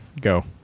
Go